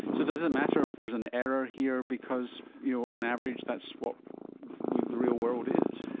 so does it matter if there is an error here because you know on average that's what the real world is?